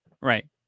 Right